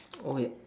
oh wait